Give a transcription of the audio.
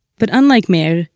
but unlike meir,